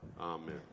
Amen